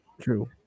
True